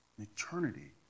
eternity